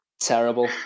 Terrible